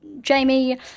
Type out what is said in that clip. Jamie